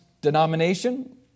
denomination